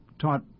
taught